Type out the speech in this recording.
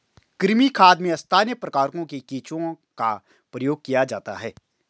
कृमि खाद में स्थानीय प्रकार के केंचुओं का प्रयोग किया जाता है